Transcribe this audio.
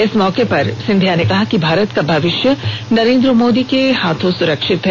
इस मौके पर सिंधिया ने कहा कि भारत का भविष्य प्रधानमंत्री नरेन्द्र मोदी के हाथों सुरक्षित है